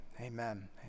Amen